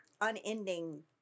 unending